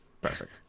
perfect